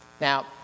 Now